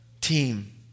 team